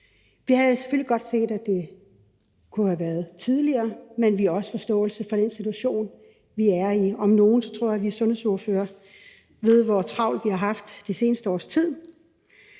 Vi havde selvfølgelig godt set, at det kunne have været tidligere, men vi har også forståelse for den situation, som vi er i. Om nogen tror jeg vi sundhedsordførere ved hvor travlt vi har haft det seneste års tid.